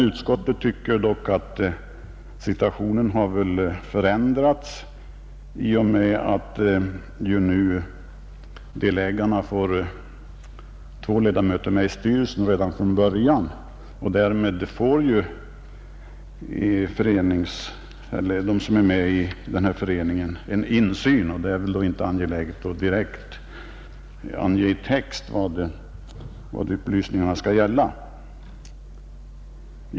Utskottet tycker dock att situationen har förändrats i och med att delägarna nu får två ledamöter med i styrelsen redan från början. Därmed får föreningsmedlemmarna en insyn, och det är väl då inte angeläget att direkt i lagtexten ange vad upplysningarna skall gälla.